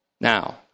Now